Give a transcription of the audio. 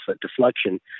deflection